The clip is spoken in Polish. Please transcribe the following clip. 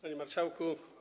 Panie Marszałku!